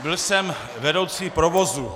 Byl jsem vedoucí provozu.